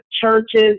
churches